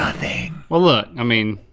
nothing. well look, i mean,